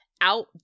out